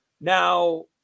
Now